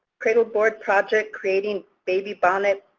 cradleboard project creating baby bonnet,